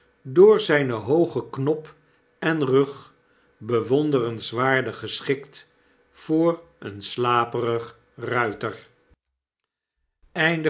door zyn hoogen knop en rug bewonderenswaardig geschikt voor een slaperig ruiter